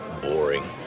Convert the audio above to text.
boring